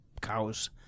cows